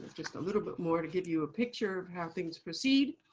just a little bit more to give you a picture of how things proceed.